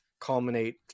culminate